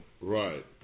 Right